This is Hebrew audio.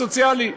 סוציאלי.